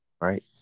right